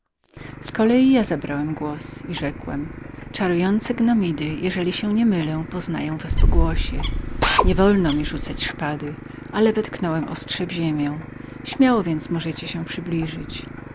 po kolei zabrałem głos i rzekłem czarujące gnomidy które jeżeli się nie mylę poznaję po głosie nie wolno mi rzucać szpady ale wetknąłem ostrze w ziemię śmiało więc możecie się przybliżyć